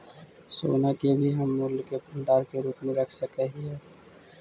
सोना के भी हम मूल्य के भंडार के रूप में रख सकत हियई